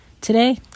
Today